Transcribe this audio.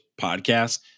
podcast